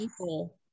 people